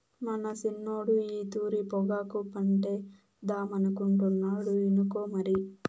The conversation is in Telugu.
మన సిన్నోడు ఈ తూరి పొగాకు పంటేద్దామనుకుంటాండు ఇనుకో మరి